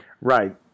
Right